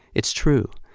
it's true,